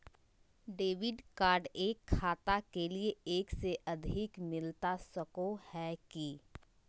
Debit card एक खाता के लिए एक से अधिक मिलता सको है की?